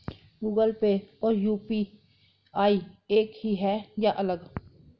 Google Pay और UPI एक ही है या अलग?